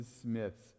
Smith's